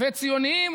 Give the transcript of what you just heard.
ציונים,